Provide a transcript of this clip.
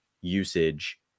usage